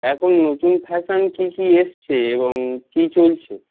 এখন নতুন ফ্যাশন কী কী এসেছে এবং কী চলছে